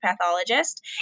pathologist